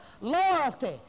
loyalty